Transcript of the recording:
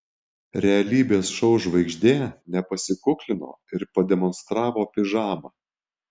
realybės šou žvaigždė nepasikuklino ir pademonstravo pižamą